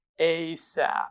ASAP